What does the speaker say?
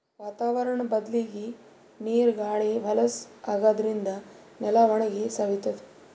ವಾತಾವರ್ಣ್ ಬದ್ಲಾಗಿ ನೀರ್ ಗಾಳಿ ಹೊಲಸ್ ಆಗಾದ್ರಿನ್ದ ನೆಲ ಒಣಗಿ ಸವಿತದ್